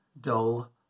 dull